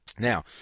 Now